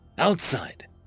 Outside